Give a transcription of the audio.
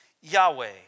Yahweh